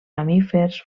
mamífers